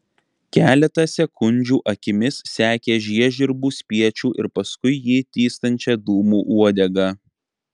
keletą sekundžių akimis sekė žiežirbų spiečių ir paskui jį tįstančią dūmų uodegą